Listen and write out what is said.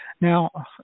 Now